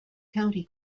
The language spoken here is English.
county